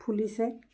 ফুলিছে